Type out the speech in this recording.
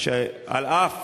שאף